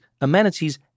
amenities